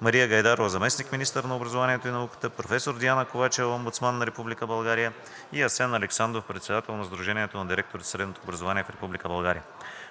Мария Гайдарова – заместник-министър на образованието и науката, професор Диана Ковачева – Омбудсман на Република България, Асен Александров – председател на Сдружението на директорите в средното образование в Република България.